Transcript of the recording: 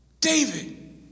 David